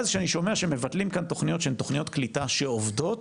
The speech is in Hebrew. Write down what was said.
כשאני שומע שמבטלים כאן תוכניות קליטה שעובדות